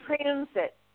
transit